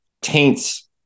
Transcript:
taints